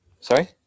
Sorry